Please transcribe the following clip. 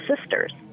sisters